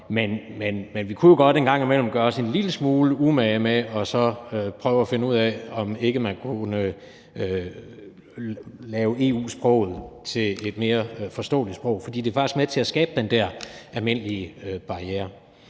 Men vi kunne godt en gang imellem gøre os en lille smule umage med så at prøve at finde ud af, om vi kunne gøre EU-sproget til et mere forståeligt sprog, for det er jo faktisk med til at skabe den der almindelige barriere.